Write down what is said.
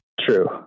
True